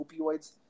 opioids